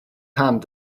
hand